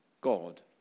God